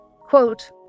quote